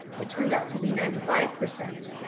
it turns out to be ninety five percent